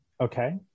Okay